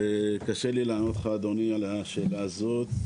קשה לי לענות לך, אדוני, על השאלה הזאת.